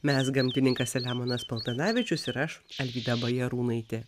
mes gamtininkas selemonas paltanavičius ir aš alvyda bajarūnaitė